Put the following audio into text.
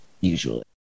usually